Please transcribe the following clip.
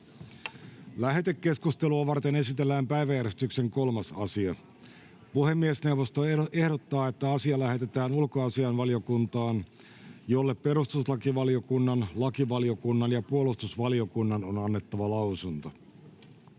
Lähetekeskustelua varten esitellään päiväjärjestyksen 3. asia. Puhemiesneuvosto ehdottaa, että asia lähetetään ulkoasiainvaliokuntaan, jolle perustuslakivaliokunnan, lakivaliokunnan ja puolustusvaliokunnan on annettava lausunto.